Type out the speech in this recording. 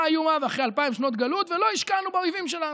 איומה ואחרי אלפיים שנות גלות ולא השקענו באויבים שלנו.